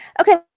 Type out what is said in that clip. Okay